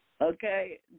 Okay